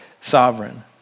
sovereign